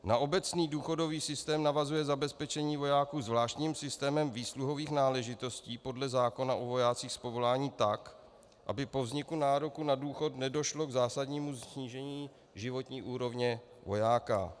Na obecný důchodový systém navazuje zabezpečení vojáků zvláštním systémem výsluhových náležitostí podle zákona o vojácích z povolání tak, aby po vzniku nároku na důchod nedošlo k zásadnímu snížení životní úrovně vojáka.